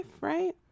right